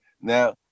Now